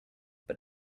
but